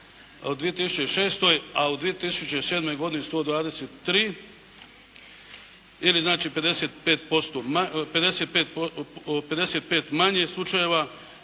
u 2006., a u 2007. godini 123 ili znači 55 manje slučajeva